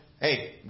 hey